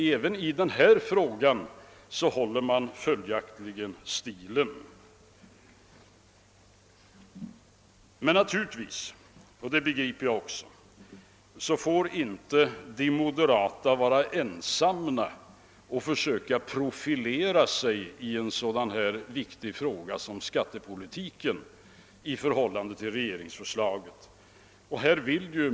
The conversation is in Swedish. Även i denna fråga håller man följaktligen stilen. Jag begriper emellertid också att de moderata inte i en så viktig fråga som i skattepolitiken får försöka profilera sig ensamma i förhållande till regeringsförslaget.